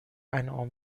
انعام